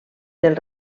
del